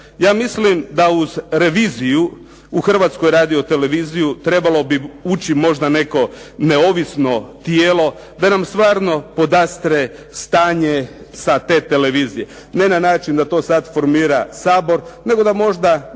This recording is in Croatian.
Ja mislim da uz reviziju u Hrvatsku radioteleviziju trebalo bi ući možda neko neovisno tijelo da nam stvarno podastre stanje sa te televizije, ne na način da to sad formira Sabor nego da možda